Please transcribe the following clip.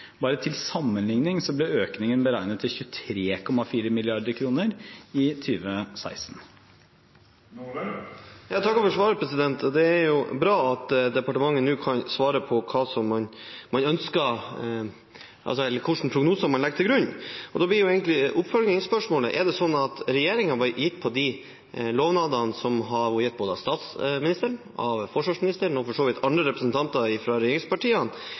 ble økningen beregnet til 23,4 mrd. kr i 2016. Jeg takker for svaret. Det er bra at departementet kan svare på hvilke prognoser man legger til grunn. Da blir oppfølgingsspørsmålene egentlig: Er det sånn at man kan forvente at regjeringen, gitt de lovnadene som har vært gitt både av statsministeren, av forsvarsministeren og for så vidt av andre representanter for regjeringspartiene,